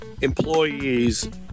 employees